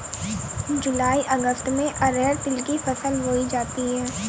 जूलाई अगस्त में अरहर तिल की फसल बोई जाती हैं